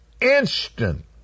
instant